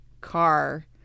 car